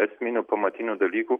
esminių pamatinių dalykų